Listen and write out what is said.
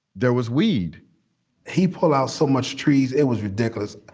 there was weed people out, so much trees. it was ridiculous.